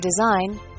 design